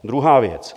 Druhá věc.